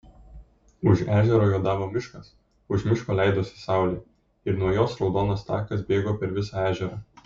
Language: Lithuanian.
už ežero juodavo miškas už miško leidosi saulė ir nuo jos raudonas takas bėgo per visą ežerą